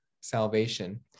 salvation